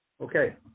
okay